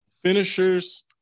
finishers